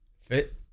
fit